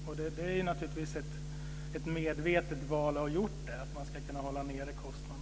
Det är naturligtvis ett medvetet val som vi har gjort för att man ska kunna hålla nere kostnaden.